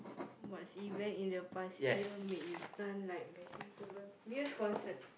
what's event in the past year made you stun like vegetable Muse concert